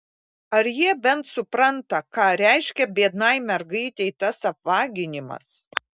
ar jie bent supranta ką reiškia biednai mergaitei tas apvaginimas